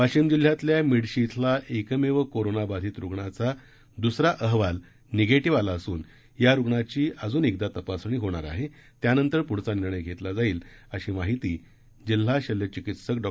वाशिम जिल्ह्यातल्या मेडशी इथला एकमेव कोरोना बाधित रुग्णाचा द्सरा अहवाल निगेटिव्ह आला असून या रुग्णाची अजून एक वेळा तपासणी होणार आहे त्या नंतर पुढचा निर्णय घेतला जाईल अशी माहिती जिल्हा शल्यचिकित्सक डॉ